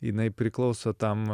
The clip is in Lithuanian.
jinai priklauso tam